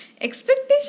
Expectation